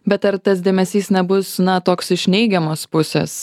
bet ar tas dėmesys nebus na toks iš neigiamos pusės